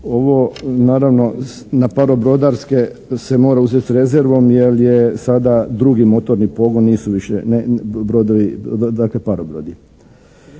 Ovo naravno na parobrodarske se mora uzeti s rezervom jer je sada drugi motorni pogon, nisu više brodovi